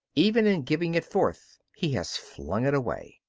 even in giving it forth he has flung it away.